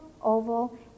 oval